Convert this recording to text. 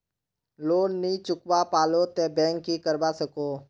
Loan नी चुकवा पालो ते बैंक की करवा सकोहो?